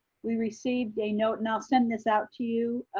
we received a note, and i'll send this out to you,